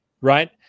Right